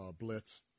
blitz